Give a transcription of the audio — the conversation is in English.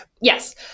Yes